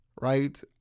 right